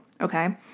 okay